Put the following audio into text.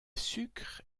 sucre